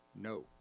no